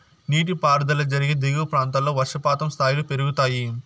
నీటిపారుదల జరిగే దిగువ ప్రాంతాల్లో వర్షపాతం స్థాయిలు పెరుగుతాయి